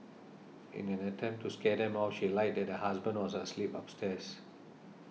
in an attempt to scare them off she lied that her husband was asleep upstairs